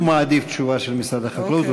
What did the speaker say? הוא כנראה מעדיף תשובה של משרד החקלאות, אוקיי.